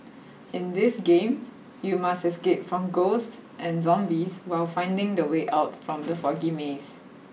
in this game you must escape from ghosts and zombies while finding the way out from the foggy maze